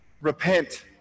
repent